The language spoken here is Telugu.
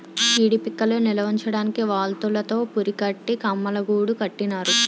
జీడీ పిక్కలు నిలవుంచడానికి వౌల్తులు తో పురికట్టి కమ్మలగూడు కట్టినారు